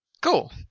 Cool